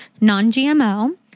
non-GMO